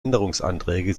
änderungsanträge